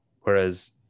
Whereas